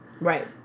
Right